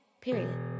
Period